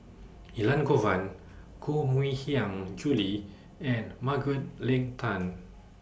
Elangovan Koh Mui Hiang Julie and Margaret Leng Tan